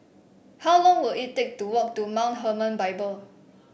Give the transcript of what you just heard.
how long will it take to walk to Mount Hermon Bible